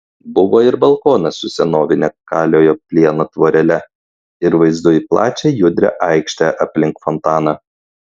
buvo ir balkonas su senovine kaliojo plieno tvorele ir vaizdu į plačią judrią aikštę aplink fontaną